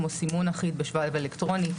כמו סימון אחיד בשבב אלקטרוני,